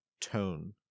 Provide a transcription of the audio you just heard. tone